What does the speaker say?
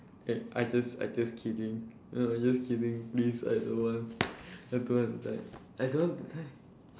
eh I just I just kidding ya I just kidding please I don't want I don't want to die I don't want to die